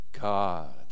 God